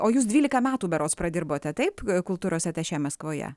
o jūs dvylika metų berods pradirbote taip kultūros atašė maskvoje